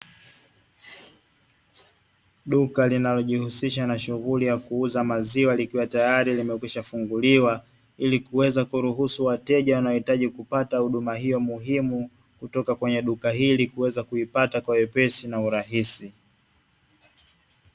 Duka linalo jihusisha na shughuli ya kuuza maziwa likiwa tayari limekwisha funguliwa, ili kuweza kuruhusu wateja wanao hitaji kupata huduma hiyo muhimu kutoka kwenye duka hili kuweza kuipata kwa wepesi na urahisi.